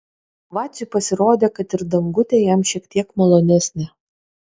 vaciui pasirodė kad ir dangutė jam šiek tiek malonesnė